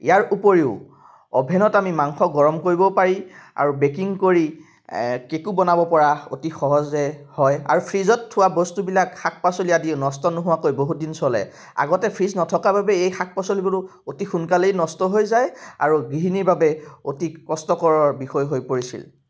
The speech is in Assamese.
ইয়াৰ উপৰিও অ'ভেনত আমি মাংস গৰম কৰিবও পাৰি আৰু বেকিং কৰি কেকো বনাব পৰা অতি সহজে হয় আৰু ফ্ৰ্ৰীজত থোৱা বস্তুবিলাক শাক পাচলি আদি নষ্ট নোহোৱাকৈ বহুত দিন চলে আগতে ফ্ৰিজ নথকা বাবে এই শাক পাচলিবোৰো অতি সোনকালেই নষ্ট হৈ যায় আৰু গৃহিণীৰ বাবে অতি কষ্টকৰৰ বিষয় হৈ পৰিছিল